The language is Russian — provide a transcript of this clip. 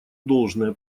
должное